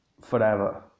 forever